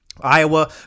Iowa